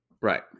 right